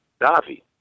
Davi